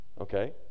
Okay